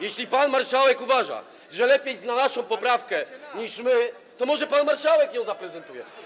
Jeśli pan marszałek uważa, że lepiej zna naszą poprawkę niż my, to może pan marszałek ją zaprezentuje?